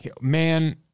Man